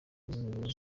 ngufu